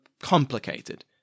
complicated